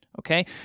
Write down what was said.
okay